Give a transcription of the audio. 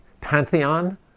Pantheon